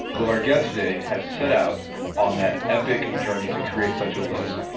well our guest today has set out on that epic journey to create such a list.